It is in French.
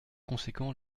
conséquent